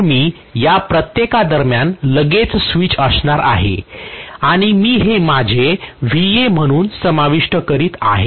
तर मी या प्रत्येका दरम्यान लगेच स्विच असणार आहे आणि मी हे माझे म्हणून समाविष्ट करीत आहे